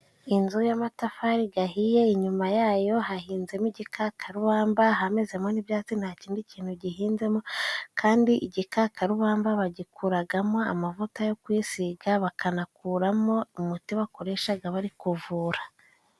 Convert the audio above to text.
Inzu y'amatafari ahiye, inyuma yayo hahinzemo igikakarubamba, hamezemo n'ibyatsi nta kindi kintu gihinzemo, kandi igikakarubamba bagikuramo amavuta yo kuyisiga, bakanakuramo umuti bakoresha bari kuvura.